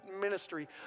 ministry